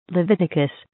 Leviticus